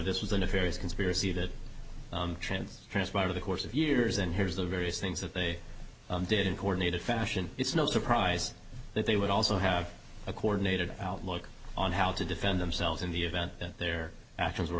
this was a nefarious conspiracy that trans transpired of the course of years and here's the various things that they did in coordinated fashion it's no surprise that they would also have a coordinated outlook on how to defend themselves in the event that their actions were